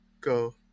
Go